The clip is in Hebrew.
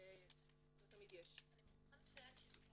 זאת אומרת 19%